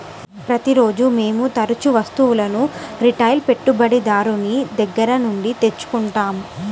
ప్రతిరోజూ మేము తరుచూ వస్తువులను రిటైల్ పెట్టుబడిదారుని దగ్గర నుండి తెచ్చుకుంటాం